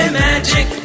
magic